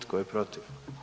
Tko je protiv?